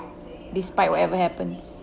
despite whatever happens